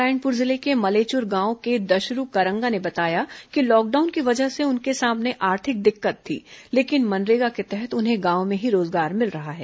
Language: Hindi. नारायणपुर जिले के मलेचुर गांव के दशरू करंगा ने बताया कि लॉकडाउन की वजह से उनके सामने आर्थिक दिक्कत थी लेकिन मनरेगा के तहत उन्हें गांव में ही रोजगार मिल रहा है